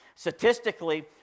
Statistically